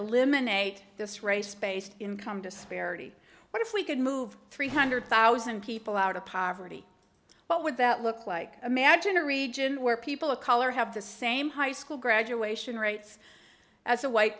eliminate this race based income disparity but if we could move three hundred thousand people out of poverty what would that look like imagine a region where people of color have the same high school graduation rates as a white